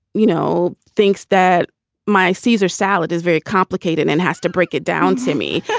you know, thinks that my caesar salad is very complicated and has to break it down to me.